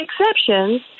exceptions